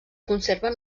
conserven